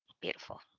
Beautiful